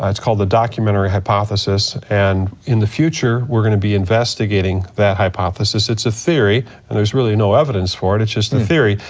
ah it's called the documentary hypothesis, and in the future we're gonna be investigating that hypothesis, it's a theory and there's really no evidence for it, it's just a theory,